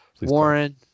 Warren